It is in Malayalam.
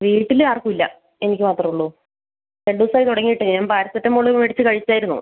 വീട്ടിൽ ആർക്കും ഇല്ല എനിക്ക് മാത്രമേ ഉള്ളൂ രണ്ടു ദിവസമായി തുടങ്ങിയിട്ട് ഞാൻ പാരസിറ്റമോള് മേടിച്ചു കഴിച്ചിരുന്നു